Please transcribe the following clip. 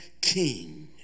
king